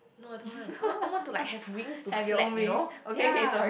no I don't want I want I want to like have wings to flap you know ya